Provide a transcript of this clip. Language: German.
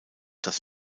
dass